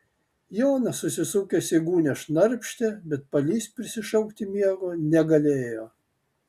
jonas susisukęs į gūnią šnarpštė bet palys prisišaukti miego negalėjo